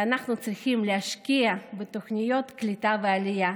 אנחנו צריכים להשקיע בתוכניות קליטה ועלייה.